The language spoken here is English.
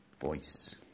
voice